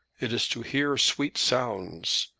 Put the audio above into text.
it is to hear sweet sounds,